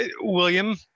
William